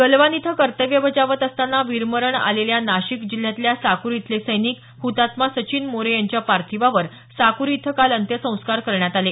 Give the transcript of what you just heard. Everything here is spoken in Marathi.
गलवान इथं कर्तव्य बजावत असताना वीरमरण आलेल्या नाशिक जिल्ह्यातल्या साकुरी इथले सैनिक हुतात्मा सचिन मोरे यांच्या पार्थिवावर साकुरी इथं काल अंत्यसंस्कार करण्यात आले